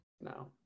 No